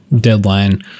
deadline